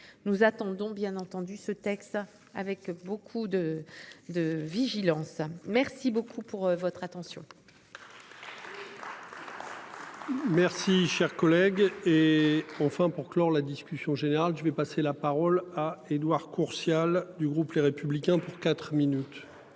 nous attendons bien entendu ce texte avec beaucoup de de vigilance. Merci beaucoup pour votre attention. Merci cher collègue. Et enfin pour clore la discussion générale, je vais passer la parole à Édouard Courtial du groupe les républicains pour 4 minutes.